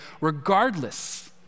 regardless